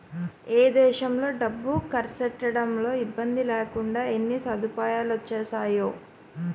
ఏ దేశంలో డబ్బు కర్సెట్టడంలో ఇబ్బందిలేకుండా ఎన్ని సదుపాయాలొచ్చేసేయో